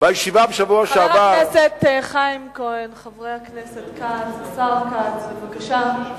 בישיבה בשבוע שעבר, חבר הכנסת כץ, השר כץ, בבקשה.